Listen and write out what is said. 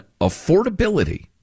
affordability